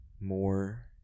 more